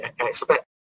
expect